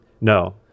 no